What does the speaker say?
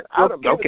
Okay